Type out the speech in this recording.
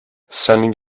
sending